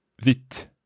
vit